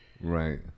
Right